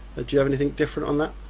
ah do you have anything different on that?